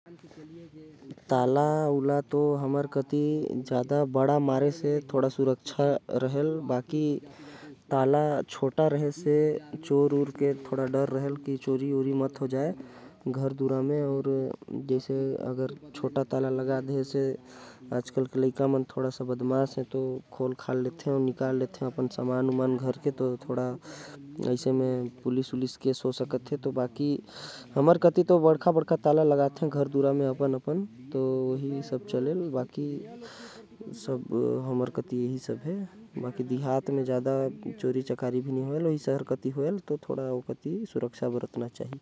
ताला तो हमर कति लोग मन बड़का लगाथे। काबर की छोटा ताला म चोरी के डर होथे। हमर कति तो लइका मन भी छोटा ताला तोड़ देथे। अउ समान चुरा लेथे। एहि बर बड़का ताला लगाना ज्यादा सही रही।